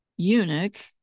eunuch